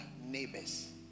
neighbors